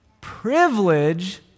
privilege